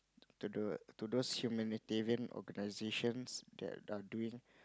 to the to those humanitarian organisations that are doing